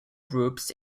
groups